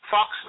Fox